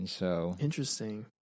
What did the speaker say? Interesting